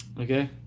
Okay